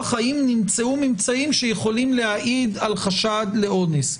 האם נמצאו ממצאים שיכולים להעיד על חשד לאונס.